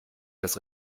das